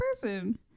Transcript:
person